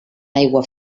aigua